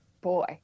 boy